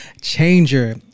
changer